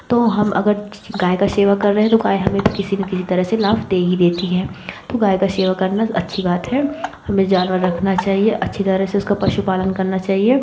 तो हम अगर ठीक गाय सेवा कर रहे हैं तो गाय हमे भी किसी ना किसी तरह से लाभ दे ही देती है तो गाय की सेवा करना अच्छी बात है हमें जानवर रखना चाहिए अच्छे तरह से उसका पशुपालन करना चाहिए